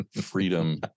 freedom